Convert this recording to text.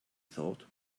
thought